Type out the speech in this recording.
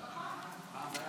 זה כפייה,